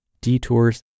detours